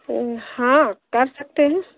ہاں کر سکتے ہیں